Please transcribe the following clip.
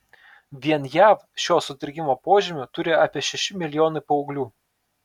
vien jav šio sutrikimo požymių turi apie šeši milijonai paauglių